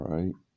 Right